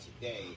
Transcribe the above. today